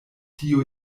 tiu